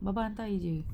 bapa hantar jer